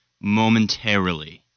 momentarily